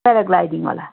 paragliding होला